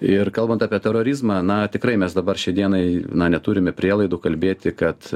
ir kalbant apie terorizmą na tikrai mes dabar šiai dienai neturime prielaidų kalbėti kad